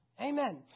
Amen